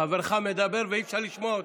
חברך מדבר ואי-אפשר לשמוע אותו.